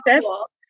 cool